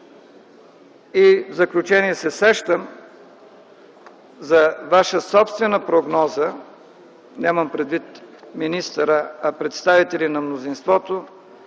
В заключение се сещам за ваша собствена прогноза – нямам предвид министъра, а представители на мнозинството,